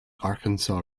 arkansas